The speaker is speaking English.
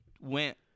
went